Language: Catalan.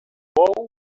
bou